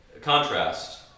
contrast